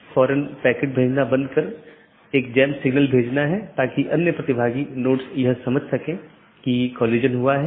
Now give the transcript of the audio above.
यह विज्ञापन द्वारा किया जाता है या EBGP वेपर को भेजने के लिए राउटिंग विज्ञापन बनाने में करता है